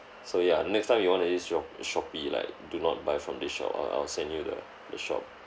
so ya next time you want to use sho~ shopee like do not buy from this shop I'll I'll send you the the shop